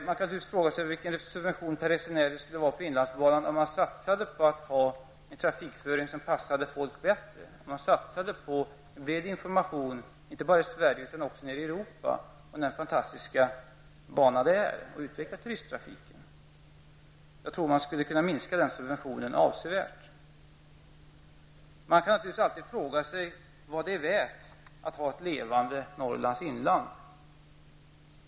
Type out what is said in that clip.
Man kan fråga sig hur stor subventionen per resenär på inlandsbanan skulle vara om man satsade på en trafikföring som passade folk bättre, med information inte bara i Sverige utan också ute i Europa. Man kunde tala om vilken fantastisk tågbana det är och därmed försöka utveckla turisttrafiken. Jag tror att man skulle kunna minska den subventionen avsevärt. Man kan naturligtvis alltid fråga sig vad det är värt att ha ett levande Norrlands inland.